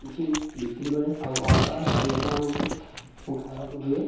କିଛି ବିକ୍ରି କରେ ଆଉ ଲୋକମାନଙ୍କୁ ମୁଁ ଖାଇବାକୁ ଦିଏ